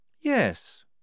Yes